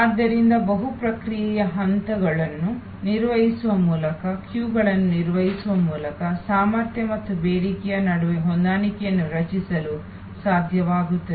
ಆದ್ದರಿಂದ ಬಹು ಪ್ರಕ್ರಿಯೆಯ ಹಂತಗಳನ್ನು ನಿರ್ವಹಿಸುವ ಮೂಲಕ ಕ್ಯೂಗಳನ್ನು ನಿರ್ವಹಿಸುವ ಮೂಲಕ ಸಾಮರ್ಥ್ಯ ಮತ್ತು ಬೇಡಿಕೆಯ ನಡುವೆ ಹೊಂದಾಣಿಕೆಯನ್ನು ರಚಿಸಲು ಸಾಧ್ಯವಾಗುತ್ತದೆ